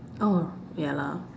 oh ya lah